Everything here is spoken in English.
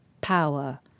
power